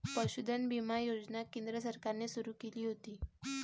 पशुधन विमा योजना केंद्र सरकारने सुरू केली होती